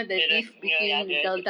the the the ya the